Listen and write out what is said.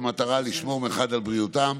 במטרה לשמור מחד על בריאותם,